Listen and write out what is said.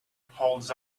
holds